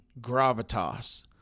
gravitas